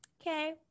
okay